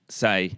say